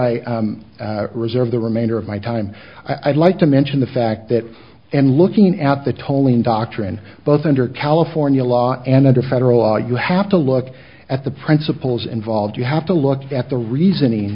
i reserve the remainder of my time i'd like to mention the fact that and looking at the tolling doctrine both under california law and under federal law you have to look at the principles involved you have to look at the reasoning